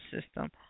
system